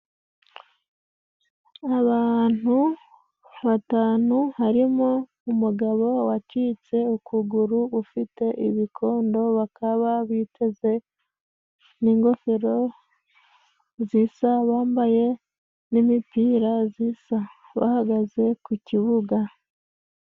Abantu batanu harimo umugabo wacitse ukuguru. Ufite ibikondo bakaba biteze ingofero zisa, bambaye n'imipira zisa bahagaze ku kibuga.